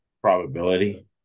probability